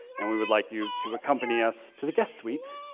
and we would like you to accompany us to the guest suite